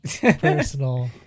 personal